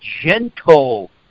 gentle